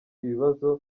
ibibazo